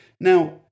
Now